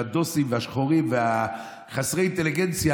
של הדוסים והשחורים וחסרי האינטליגנציה,